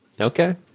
Okay